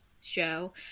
show